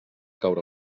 caure